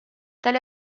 tali